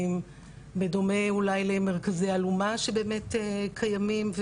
בדומה אולי למרכזי אלומה שבאמת קיימים,